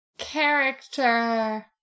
character